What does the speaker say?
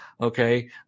Okay